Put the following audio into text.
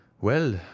Well